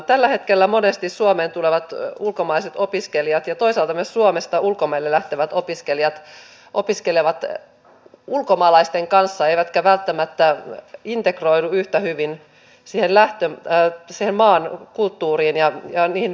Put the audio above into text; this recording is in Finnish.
tällä hetkellä monesti suomeen tulevat ulkomaiset opiskelijat ja toisaalta myös suomesta ulkomaille lähtevät opiskelijat opiskelevat ulkomaalaisten kanssa eivätkä välttämättä integroidu yhtä hyvin siihen maan kulttuuriin ja niihin paikallisiin opiskelijoihin